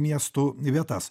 miestų vietas